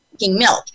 milk